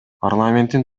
парламенттин